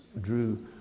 drew